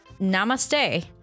Namaste